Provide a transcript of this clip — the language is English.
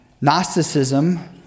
Gnosticism